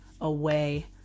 away